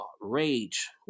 rage